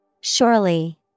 Surely